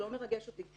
זה לא מרגש אותי.